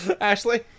Ashley